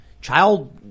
Child